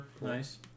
nice